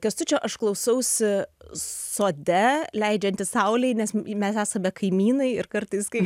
kęstučio aš klausausi sode leidžiantis saulei nes mes esame kaimynai ir kartais kai